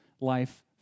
life